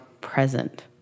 present